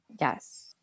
Yes